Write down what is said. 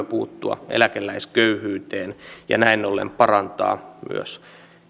puuttua eläkeläisköyhyyteen ja näin ollen parantaa myös